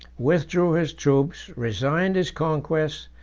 withdrew his troops, resigned his conquests,